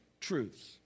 truths